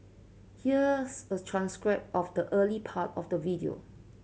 here's a transcript of the early part of the video